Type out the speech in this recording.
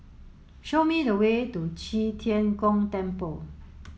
show me the way to Qi Tian Gong Temple